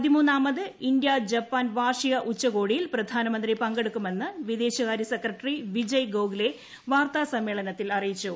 പതിമൂന്നാമത് India Japan വാർഷിക ഉച്ചുകോടിയിൽ പ്രധാനമന്ത്രി പങ്കെടുക്കുമെന്ന് വിദേശകാര്യ സെക്രട്ടറി വിജയ് ഗോഖ്ലെ വാർത്താ സമ്മേളനത്തിൽ അറിയിച്ചു